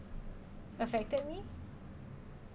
affected me